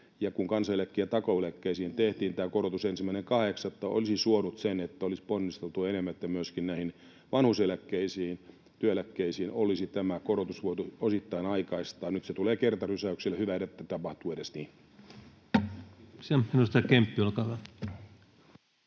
kun kansaneläkkeeseen, takuueläkkeeseen tehtiin tämä korotus 1.8., olisin suonut sen, että olisi ponnisteltu enemmän, että myöskin näihin vanhuuseläkkeisiin, työeläkkeisiin olisi tämä korotus voitu osittain aikaistaa. Nyt se tulee kertarysäyksellä. Hyvä, että tapahtuu edes niin. Kiitoksia. — Edustaja Kemppi, olkaa hyvä.